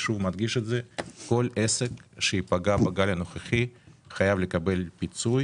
שוב אני מדגיש כל עסק שייפגע בגל הנוכחי חייב לקבל פיצוי.